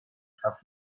هفت